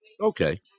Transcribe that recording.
okay